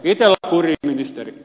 itella kuriin ministeri